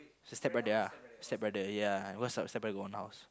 is her stepbrother ah stepbrother ya cause the stepbrother got own house